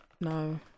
No